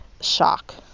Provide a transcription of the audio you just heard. shock